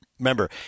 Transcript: Remember